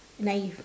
naive